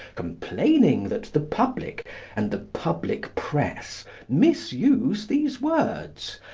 complaining that the public and the public press misuse these words.